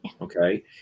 okay